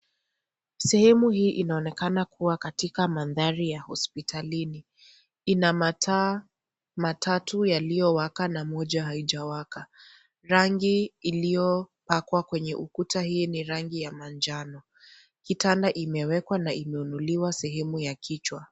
Sehemu hii inaonekena kuwa katika mandhari ya hospitalini ina mataa matatu yaliyowaka na moja haijawaka, rangi iliyopakwa kwenye ukuta hii ni ya rangi ya manjano kitanda imewekwa na imeinuliwa sehemu ya kichwa.